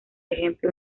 ejemplo